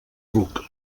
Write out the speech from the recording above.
ruc